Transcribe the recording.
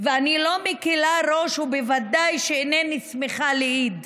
ואני לא מקילה ראש, ובוודאי אינני שמחה לאיד.